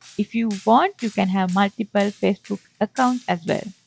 if you want you can have multiple facebook accounts as well.